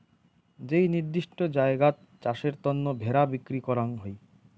যেই নির্দিষ্ট জায়গাত চাষের তন্ন ভেড়া বিক্রি করাঙ হউ